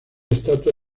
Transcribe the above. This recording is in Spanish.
estatua